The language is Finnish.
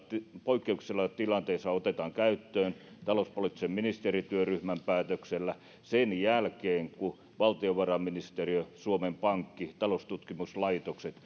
tilanteissa otetaan käyttöön talouspoliittisen ministerityöryhmän päätöksellä sen jälkeen kun valtiovarainministeriö suomen pankki taloustutkimuslaitokset